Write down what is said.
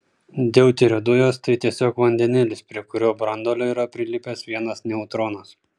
deuterio dujos tai tiesiog vandenilis prie kurio branduolio yra prilipęs ir vienas neutronas